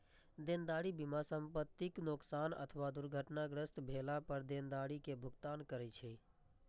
देनदारी बीमा संपतिक नोकसान अथवा दुर्घटनाग्रस्त भेला पर देनदारी के भुगतान करै छै